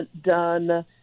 done